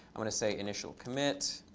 i want to say initial commit.